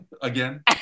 Again